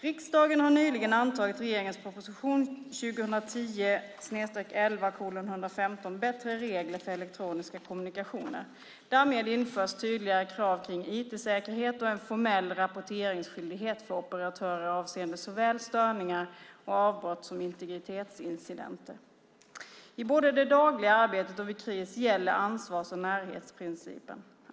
Riksdagen har nyligen antagit regeringens proposition 2010/11:115 Bättre regler för elektroniska kommunikationer . Därmed införs tydligare krav kring IT-säkerhet och en formell rapporteringsskyldighet för operatörer avseende såväl störningar och avbrott som integritetsincidenter. I både det dagliga arbetet och vid kris gäller ansvars och närhetsprincipen.